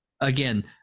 again